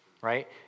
right